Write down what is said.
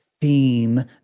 theme